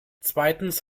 zweitens